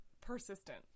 Persistent